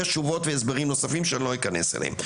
כי יש תשובות והסברים נוספים שאני לא אכנס אליהם.